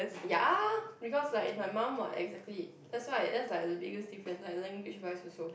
ya because like if my mom what exactly that's why that's like the biggest difference like language wise also